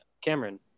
Cameron